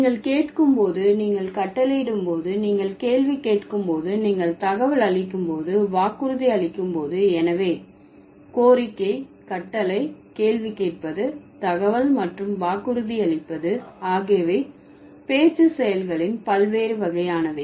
நீங்கள் கேட்கும் போது நீங்கள் கட்டளையிடும் போது நீங்கள் கேள்வி கேட்கும் போது நீங்கள் தகவல் அளிக்கும் போது வாக்குறுதி அளிக்கும் போது எனவே கோரிக்கை கட்டளை கேள்வி கேட்பது தகவல் மற்றும் வாக்குறுதியளிப்பது ஆகியவை பேச்சு செயல்களின் பல்வேறு வகையானவை